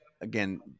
again